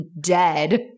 dead